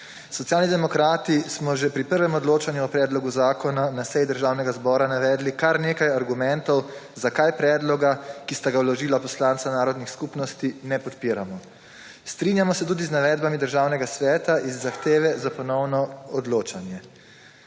Socialni demokrati smo že pri prvem odločanju o predlogu zakona na seji Državnega zbora navedli kar nekaj argumentov, zakaj predloga, ki sta ga vložila poslanca narodnih skupnosti, ne podpiramo. Strinjamo se tudi z navedbami Državnega sveta iz zahteve za ponovno odločanje.